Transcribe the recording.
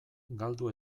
galdu